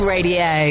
Radio